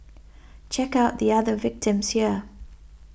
check out the other victims here